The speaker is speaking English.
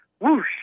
Whoosh